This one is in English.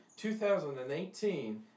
2018